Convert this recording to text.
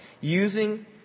using